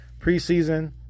preseason